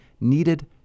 needed